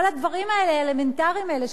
כל הדברים האלמנטריים האלה,